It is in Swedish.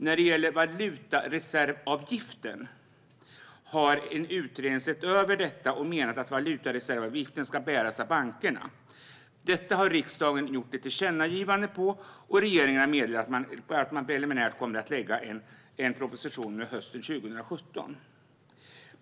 När det gäller valutareservavgiften har en utredning sett över detta och menat att denna ska bäras av bankerna. Riksdagen har riktat ett tillkännagivande till regeringen om detta, och regeringen har meddelat att man preliminärt kommer att lägga fram en proposition under hösten 2017.